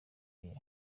year